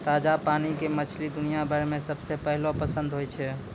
ताजा पानी के मछली दुनिया भर मॅ सबके पहलो पसंद होय छै